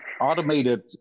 automated